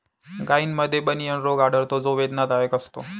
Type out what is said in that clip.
गायींमध्ये बनियन रोग आढळतो जो वेदनादायक असतो